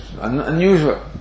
unusual